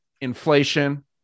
inflation